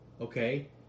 Okay